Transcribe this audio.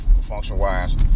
function-wise